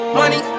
money